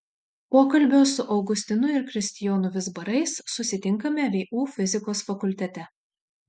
pokalbio su augustinu ir kristijonu vizbarais susitinkame vu fizikos fakultete